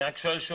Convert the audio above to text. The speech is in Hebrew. אני רק שואל שוב,